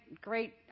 great